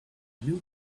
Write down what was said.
new